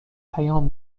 پیام